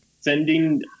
sending